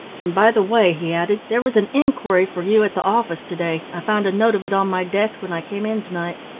and, by the way, he added, there was an inquiry for you at the office to-day i found a note of it on my desk when i came in to-night.